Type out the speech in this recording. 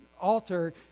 altar